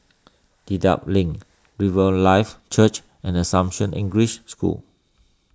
Dedap Link Riverlife Church and Assumption English School